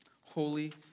holy